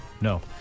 No